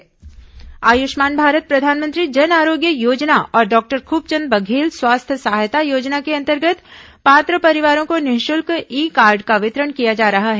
Ayushman Bharat e card Ayushman Bharat प्रधानमंत्री जन आरोग्य योजना और डॉक्टर खुबचंद बघेल स्वास्थ्य सहायता योजना के अंतर्गत पात्र परिवारों को निःशुल्क ई कार्ड का वितरण किया जा रहा है